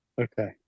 Okay